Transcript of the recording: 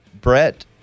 Brett